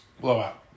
Blowout